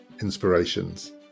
inspirations